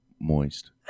Moist